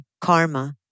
karma